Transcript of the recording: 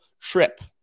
trip